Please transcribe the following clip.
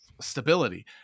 stability